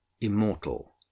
immortal